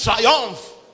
triumph